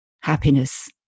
happiness